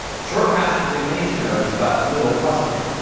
short paths between any two nodes, but little clustering.